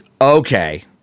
okay